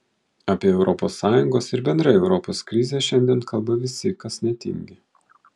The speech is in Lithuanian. apie europos sąjungos ir bendrai europos krizę šiandien kalba visi kas netingi